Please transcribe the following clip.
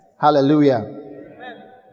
hallelujah